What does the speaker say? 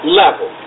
level